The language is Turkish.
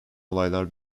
olaylar